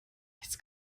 nichts